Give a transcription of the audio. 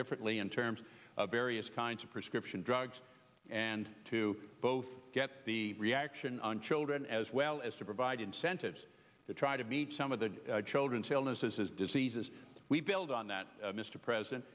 differently in terms of various kinds of prescription drugs and to both get the reaction on children as well as to provide incentives to try to meet some of the children staleness is diseases we build on that mr president